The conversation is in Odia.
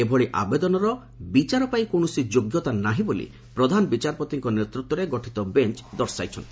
ଏଭଳି ଆବେଦନର ବିଚାର ପାଇଁ କୌଣସି ଯୋଗ୍ୟତା ନାହିଁ ବୋଲି ପ୍ରଧାନ ବିଚାରପତିଙ୍କ ନେତୃତ୍ୱରେ ଗଠିତ ବେଞ୍ଚ୍ ଦର୍ଶାଇଛନ୍ତି